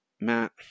Matt